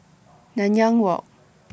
Nanyang Walk